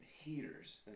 heaters